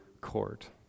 court